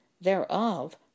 thereof